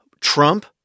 Trump